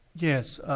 yes,